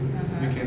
(uh huh)